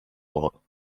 wall